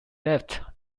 left